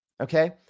okay